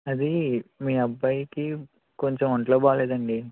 అదీ మీ అబ్బాయికి కొంచెం ఒంట్లో బాగాలేదండి